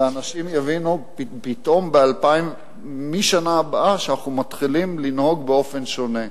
מהשנה הבאה אנשים יבינו פתאום שאנחנו מתחילים לנהוג באופן שונה.